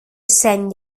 seny